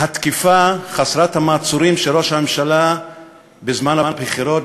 התקיפה חסרת המעצורים של ראש הממשלה בזמן הבחירות,